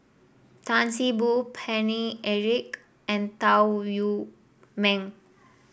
Tan See Boo Paine Eric and Tan Wu Meng